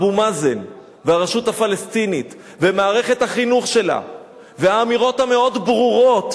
אבו מאזן והרשות הפלסטינית ומערכת החינוך שלה והאמירות המאוד-ברורות.